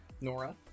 Nora